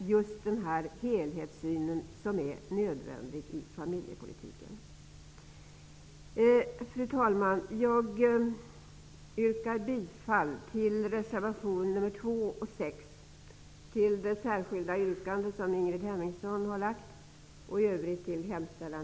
just den helhetssyn som är nödvändig i familjepolitiken presenteras där. Fru talman! Jag yrkar bifall till reservationerna 2 Hemmingsson har lagt fram. I övrigt yrkar jag bifall till utskottets hemställan.